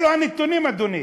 אלו הנתונים, אדוני.